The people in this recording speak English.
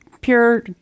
pure